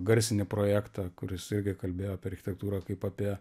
garsinį projektą kuris irgi kalbėjo apie architektūrą kaip apie